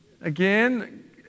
Again